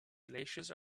glaciers